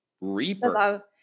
reaper